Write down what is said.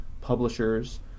publishers